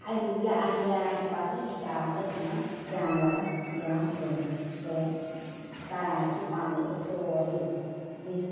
اَمہِ یہِ اَتھ نٮ۪ران چھِ پتہٕ یہِ یہِ چھِ ترٛاوان أسۍ یِمَن جانوَرَن دِوان کھیوٚن تہٕ کران حظ چھِ پانَے أسۍ سورٕے بیٚیہِ